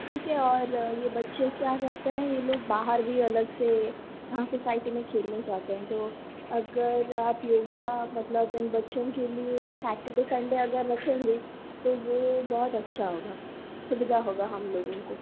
ठीक है और ये बच्चे क्या कहते हैं ये लोग बाहर भी अलग से सोसायटी में खेलने जाते हैं तो अगर आप योगा मतलब इन बच्चों के लिए सेटरडे संडे अगर रखेंगे तो वो बहुत अच्छा होगा सुविधा होगा हमलोगों को